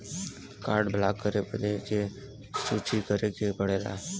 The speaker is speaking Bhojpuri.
कार्ड ब्लॉक करे बदी के के सूचित करें के पड़ेला?